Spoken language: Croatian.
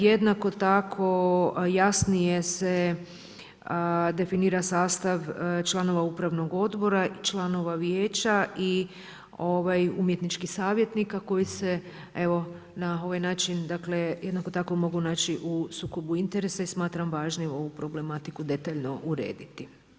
Jednako tako jasnije se definira sastav članova upravnog odbora, članova vijeća i umjetničkih savjetnika koji se na ovaj način jednako tako mogu naći u sukobu interesa i smatram važnim ovu problematiku detaljno urediti.